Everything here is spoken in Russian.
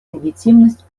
легитимность